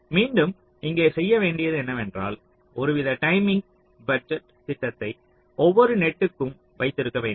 மீண்டும் இங்கே செய்ய வேண்டியது என்னவென்றால் ஒருவித டைமிங் பட்ஜெட் திட்டத்தை ஒவ்வொரு நெட்க்கும் வைத்திருக்க வேண்டும்